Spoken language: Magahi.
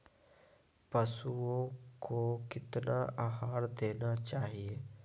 पशुओं को कितना आहार देना चाहि?